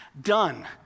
done